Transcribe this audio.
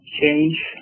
change